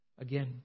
Again